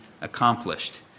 accomplished